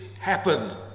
happen